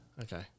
okay